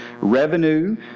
Revenue